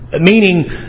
meaning